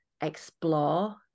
explore